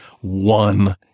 One